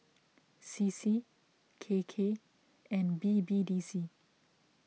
C C K K and B B D C